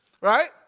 right